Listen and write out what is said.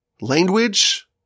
language